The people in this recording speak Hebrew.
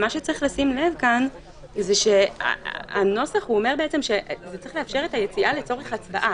צריך לשים לב כאן שהנוסח אומר שצריך לאפשר את היציאה לצורך הצבעה,